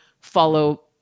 follow